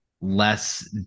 less